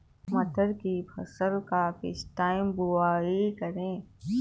मटर की फसल का किस टाइम बुवाई करें?